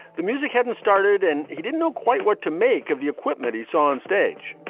the music hadn't started and he didn't know quite what to make of the equipment he saw onstage.